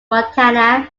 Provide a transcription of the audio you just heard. montana